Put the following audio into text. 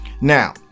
now